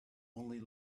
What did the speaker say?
only